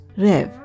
Rev